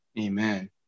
Amen